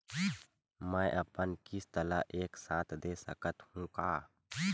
मै अपन किस्त ल एक साथ दे सकत हु का?